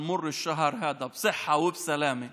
ברצוני לאחל לכם חג שמח לרגל חג הרמדאן המבורך.